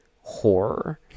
horror